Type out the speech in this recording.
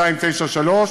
293,